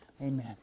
Amen